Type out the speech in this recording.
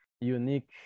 unique